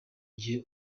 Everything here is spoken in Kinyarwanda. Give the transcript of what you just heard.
gihe